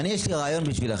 אני יש לי רעיון בשבילכם,